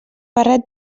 barret